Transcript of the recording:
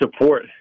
support